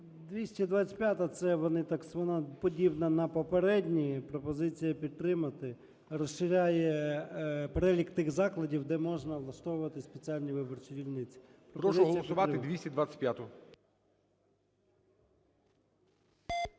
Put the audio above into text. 225-а. Це вона подібна на попередні. Пропозиція підтримати. Розширяє перелік тих закладів, де можна влаштовувати спеціальні виборчі дільниці. ГОЛОВУЮЧИЙ. Прошу голосувати 225-у.